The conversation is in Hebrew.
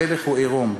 המלך הוא עירום,